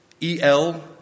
E-L